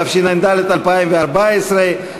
התשע"ד 2014,